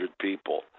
people